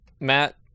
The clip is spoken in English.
Matt